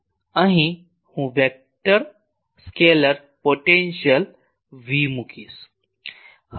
અહીં હું vector scalar potential V મુકીશ